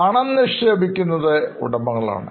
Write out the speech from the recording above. പണം നിക്ഷേപിക്കുന്നത് ഉടമകളാണ്